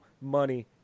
money